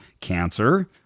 cancer